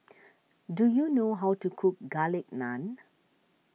do you know how to cook Garlic Naan